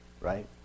right